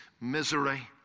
misery